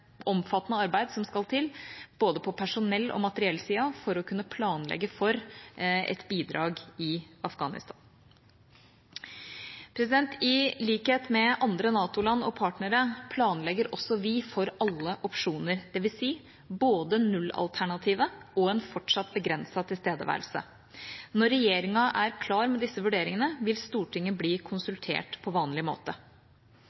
omfattende arbeid som skal til, på både personellsida og materiellsida, for å kunne planlegge for et bidrag i Afghanistan. I likhet med andre NATO-land og partnere, planlegger også vi for alle opsjoner, dvs. for både nullalternativet og en fortsatt begrenset tilstedeværelse. Når regjeringa er klar med disse vurderingene, vil Stortinget bli